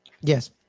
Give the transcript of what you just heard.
Yes